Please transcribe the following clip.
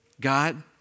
God